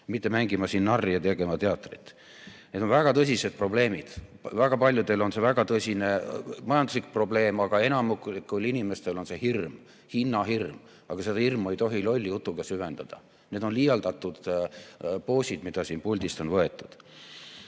mitte mängima siin narri ja tegema teatrit. Need on väga tõsised probleemid. Väga paljudel on see väga tõsine majanduslik probleem, aga enamikul inimestel on hirm, hinnahirm. Ent seda hirmu ei tohi lolli jutuga süvendada. Need on liialdatud poosid, mida siin puldis on võetud.